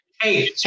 Hey